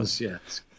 yes